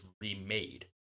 remade